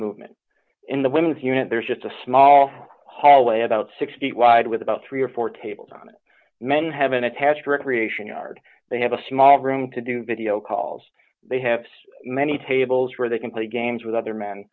movement in the women's unit there is just a small hallway about six feet wide with about three or four tables on it men have an attached recreation yard they have a small room to do video calls they have many tables where they can play games with other men